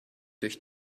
durch